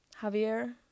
Javier